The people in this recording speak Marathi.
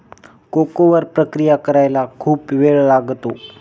कोको वर प्रक्रिया करायला खूप वेळ लागतो